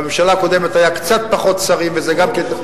בממשלה הקודמת היו קצת פחות שרים וזה גם כן,